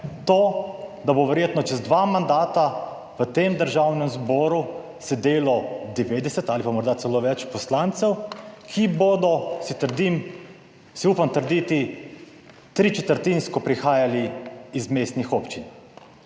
To, da bo verjetno čez dva mandata v tem Državnem zboru sedelo 90 ali pa morda celo več poslancev, ki bodo si, trdim, si upam trditi, tričetrtinsko prihajali iz mestnih občin.